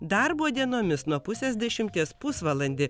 darbo dienomis nuo pusės dešimties pusvalandį